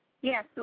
Yes